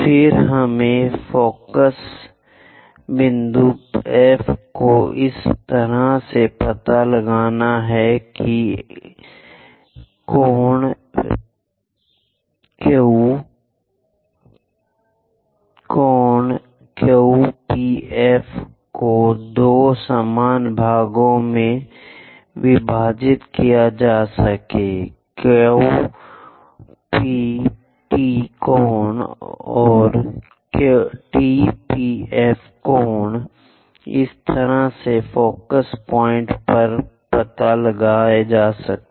फिर हमें फोकस बिंदु F को इस तरह से पता लगाना है कि ∠Q P ∠Q P F को दो समान भागों में विभाजित किया जाता है ∠Q P T और ∠T P F इस तरह से फ़ोकस पॉइंट का पता लगाना है